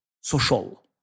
social